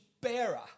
bearer